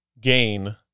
gain